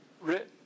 written